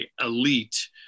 elite